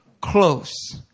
close